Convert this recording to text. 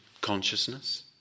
consciousness